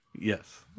yes